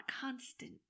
constant